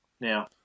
Now